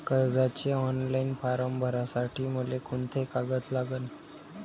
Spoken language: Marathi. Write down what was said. कर्जाचे ऑनलाईन फारम भरासाठी मले कोंते कागद लागन?